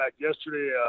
yesterday